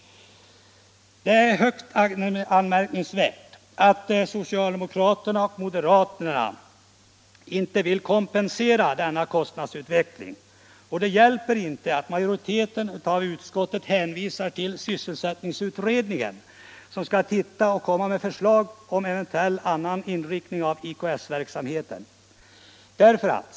Det är högst anmärkningsvärt att socialdemokraterna och moderaterna inte vill kompensera denna kostnadsutveckling, och det hjälper inte att utskottets majoritet hänvisar till sysselsättningsutredningen, som skall se över detta och framlägga förslag om tänkbar annan inriktning av IKS verksamheten.